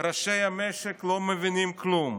ראשי המשק לא מבינים כלום.